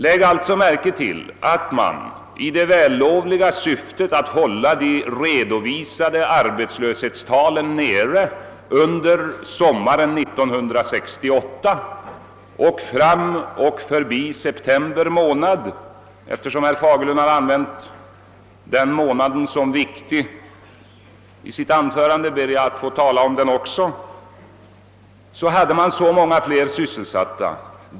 Lägg alltså märke till att man i det vällovliga syftet att hålla de redovisade arbetslöshetstalen nere under sommaren 1968 till och med september — herr Fagerlund nämnde i sitt anförande denna månad som viktig — hade så många fler sysselsatta i beredskapsarbeten.